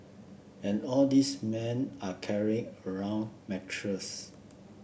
and all these men are carrying around mattress